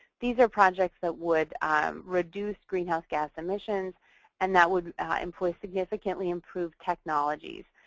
these are projects that would reduce greenhouse gas emissions and that would employ significantly improved technologies.